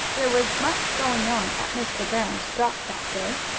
there was much going on at mr. brown's, dock that day.